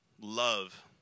love